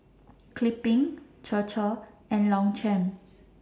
Kipling Chir Chir and Longchamp